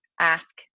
ask